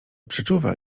przeczuwa